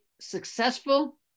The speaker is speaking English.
successful